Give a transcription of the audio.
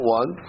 one